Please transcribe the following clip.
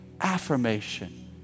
affirmation